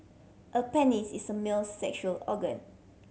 a penis is a male's sexual organ